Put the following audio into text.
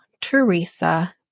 Teresa